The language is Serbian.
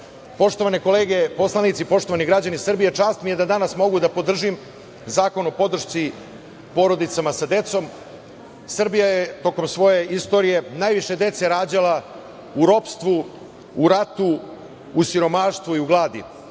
godina. Poštovane kolege poslanici, poštovani građani Srbije, čast mi je da danas mogu da podržim Zakon o podršci porodicama sa decom. Srbija je tokom svoje istorije najviše dece rađala u ropstvu, u ratu, u siromaštvu i u gladi.